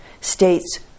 states